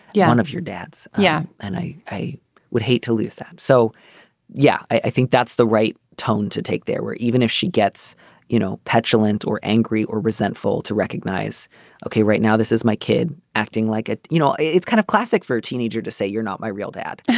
yeah one of your dads. yeah. and i i would hate to lose that. so yeah i think that's the right tone to take there were even if she gets you know petulant or angry or resentful to recognize ok right now this is my kid acting like ah you know it's kind of classic for a teenager to say you're not my real dad.